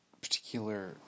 particular